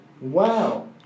Wow